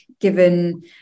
given